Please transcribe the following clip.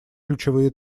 ключевые